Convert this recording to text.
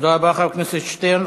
תודה רבה, חבר הכנסת שטרן.